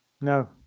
No